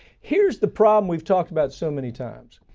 here's the problem we've talked about so many times.